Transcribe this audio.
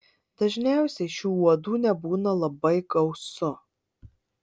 dažniausiai šių uodų nebūna labai gausu